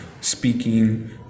speaking